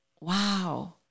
Wow